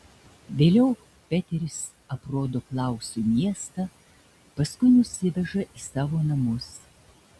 vėliau peteris aprodo klausui miestą paskui nusiveža į savo namus